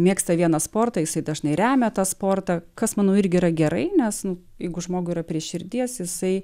mėgsta vienas sportą jisai dažnai remia tą sportą kas manau irgi yra gerai nes nu jeigu žmogui prie širdies jisai